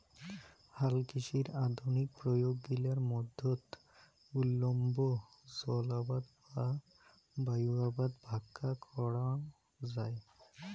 হালকৃষির আধুনিক প্রয়োগ গিলার মধ্যত উল্লম্ব জলআবাদ বা বায়ু আবাদ ভাক্কা করাঙ যাই